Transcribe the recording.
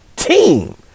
team